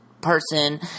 person